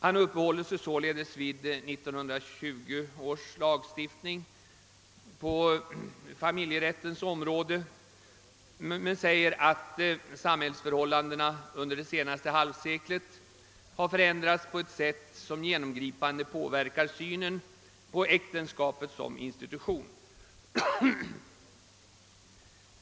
Han uppehåller sig sålunda vid 1920 års lagstiftning på familjerättens område och framhåller, att samhällsförhållandena under det senaste halvseklet har förändrats på ett sätt som genomgripande påverkar synen på äktenskapet som institution.